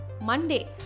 Monday